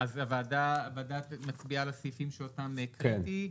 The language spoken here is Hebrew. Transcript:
הוועדה מצביעה על הסעיפים שאותם הקראתי.